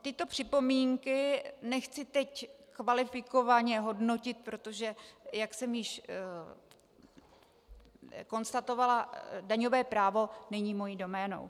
Tyto připomínky nechci teď kvalifikovaně hodnotit, protože, jak jsem již konstatovala, daňové právo není mou doménou.